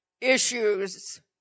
issues